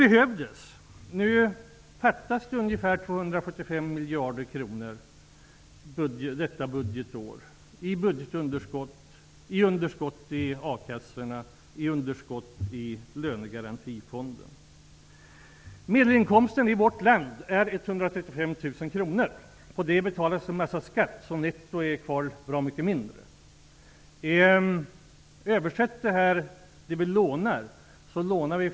Detta budgetår fattas nu ungefär 245 miljarder kronor som underskott i a-kassorna och i lönegarantifonden. Medelinkomsten i vårt land är 135 000 kr. Efter det att en massa skatt betalats på det beloppet, blir kvarvarande netto bra mycket mindre.